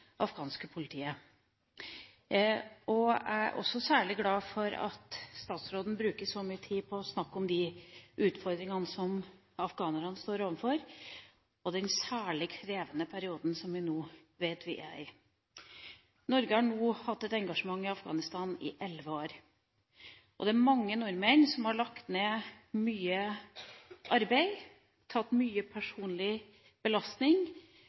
afghanske politiet. Jeg er også særlig glad for at utenriksministeren bruker så mye tid på å snakke om de utfordringene som afghanerne står overfor, og den særlig krevende perioden som vi nå vet at vi er i. Norge har nå hatt et engasjement i Afghanistan i elleve år. Det er mange nordmenn som har lagt ned mye arbeid og har hatt en stor personlig belastning,